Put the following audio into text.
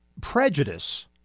prejudice